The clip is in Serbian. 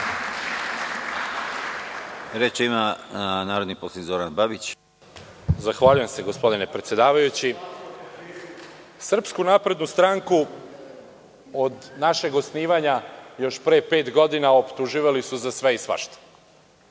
Zoran Babić. **Zoran Babić** Zahvaljujem se gospodine predsedavajući. Srpsku naprednu stranku od našeg osnivanja još pre pet godina su optuživali za sve i svašta.